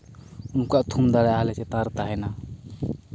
ᱩᱱᱠᱩᱣᱟᱜ ᱛᱷᱩᱢ ᱫᱟᱲᱮ ᱟᱞᱮ ᱪᱮᱛᱟᱱ ᱨᱮ ᱛᱟᱦᱮᱱᱟ